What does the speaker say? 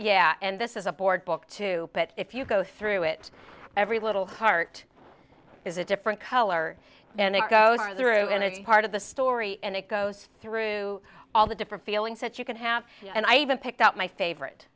yeah and this is a board book too but if you go through it every little heart is a different color and it goes through and it's part of the story and it goes through all the different feeling set you can have and i even picked out my favorite